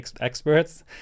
experts